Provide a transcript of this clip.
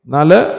Nale